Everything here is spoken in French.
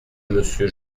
monsieur